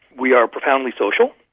we are profoundly social,